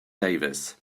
davis